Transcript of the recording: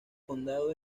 condado